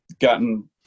gotten